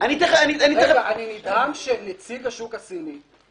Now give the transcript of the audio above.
אני נדהם מנציג השוק הסיני.